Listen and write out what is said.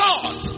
God